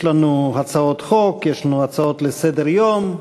יש לנו הצעות חוק, יש לנו הצעות לסדר-היום.